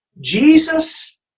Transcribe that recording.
Jesus